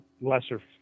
lesser